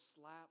slap